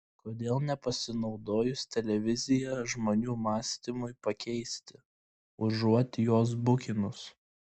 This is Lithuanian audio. kodėl nepasinaudojus televizija žmonių mąstymui pakeisti užuot juos bukinus